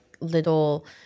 little